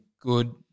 good